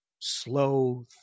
slow